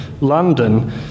London